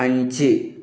അഞ്ച്